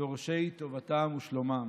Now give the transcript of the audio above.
דורשי טובתם ושלומם.